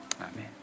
Amen